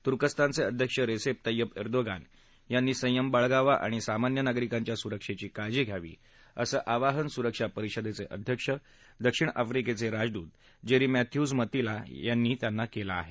तुर्कस्तानचे अध्यक्ष Recep Tayyip Erdogan यांनी संयम बाळगावा आणि सामान्य नागरिकांच्या सुरक्षेची काळजी घ्यावी असं आवाहन सुरक्षा परिषदेचे अध्यक्ष दक्षिण आफ्रीकेचे राजदूत जेरी मॅथ्यूज मातिला यांनी केलं आहे